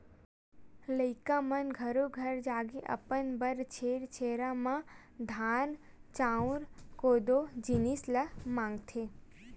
लइका मन घरो घर जाके अपन बर छेरछेरा म धान, चाँउर, कोदो, जिनिस ल मागथे